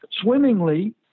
swimmingly